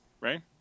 right